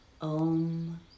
Om